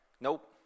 Nope